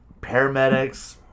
paramedics